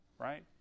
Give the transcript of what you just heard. right